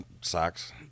Socks